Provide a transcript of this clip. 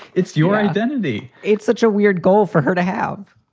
it's your identity. it's such a weird goal for her to have.